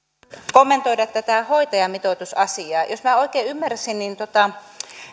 kommentoida tätä hoitajamitoitusasiaa jos minä oikein ymmärsin